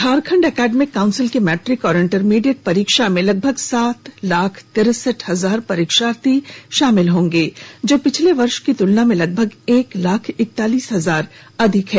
Jharkhand academic council की matric और intermediate परीक्षा में लगभग सात लाख तिरसठ हजार परीक्षार्थी शामिल होंगे जो पिछले वर्ष की तलना में लगभग एक लाख इकतालीस हजार अधिक है